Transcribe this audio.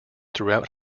throughout